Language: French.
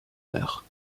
heure